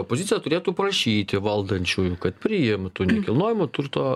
opozicija turėtų prašyti valdančiųjų kad priimtų nekilnojamo turto